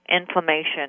inflammation